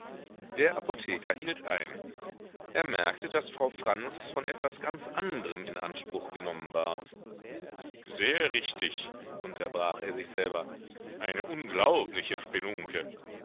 der apotheker hielt ein er merkte daß frau franz von etwas ganz andrem in anspruch genommen war sehr richtig unterbrach er sich selber eine unglaubliche spelunke